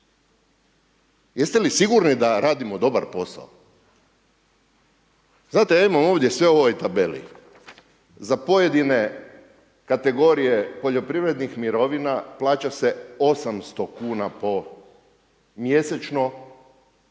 Jeste li sigurni da radimo dobar posao? Znate ja imam ovdje sve u ovoj tabeli za pojedine kategorije poljoprivrednih mirovina plaća se 800 kuna po mjesečno